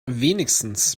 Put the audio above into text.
wenigstens